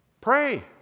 Pray